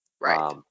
Right